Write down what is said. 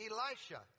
Elisha